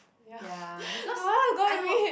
ya because I know